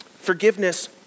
forgiveness